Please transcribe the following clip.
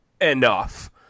enough